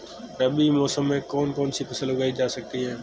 रबी मौसम में कौन कौनसी फसल उगाई जा सकती है?